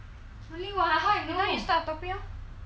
then you start a topic ah